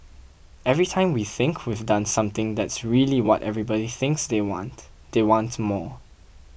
every time we think we've done something that's really what everybody thinks they want they want more